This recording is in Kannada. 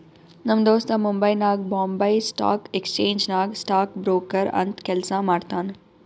ನಮ್ ದೋಸ್ತ ಮುಂಬೈನಾಗ್ ಬೊಂಬೈ ಸ್ಟಾಕ್ ಎಕ್ಸ್ಚೇಂಜ್ ನಾಗ್ ಸ್ಟಾಕ್ ಬ್ರೋಕರ್ ಅಂತ್ ಕೆಲ್ಸಾ ಮಾಡ್ತಾನ್